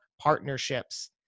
partnerships